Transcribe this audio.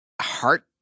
heart